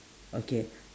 okay